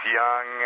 young